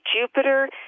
Jupiter